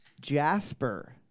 jasper